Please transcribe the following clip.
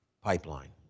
pipeline